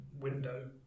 window